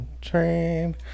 train